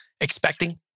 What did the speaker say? expecting